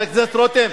חבר הכנסת רותם.